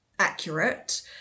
accurate